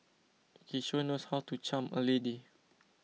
he sure knows how to charm a lady